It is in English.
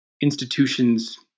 institutions